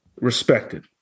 respected